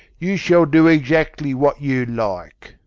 you shall do exactly what you like.